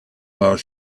while